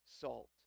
salt